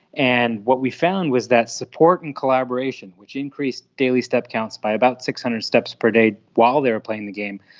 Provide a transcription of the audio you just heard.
and what we found was that support and collaboration, which increased daily step counts by about six hundred steps per day while they were playing the game,